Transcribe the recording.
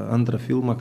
antrą filmą